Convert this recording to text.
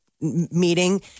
meeting